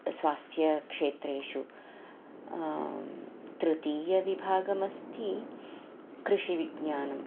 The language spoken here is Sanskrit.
स्वास्थ्यक्षेत्रेषु तृतीयविभागमस्ति कृषिविज्ञानं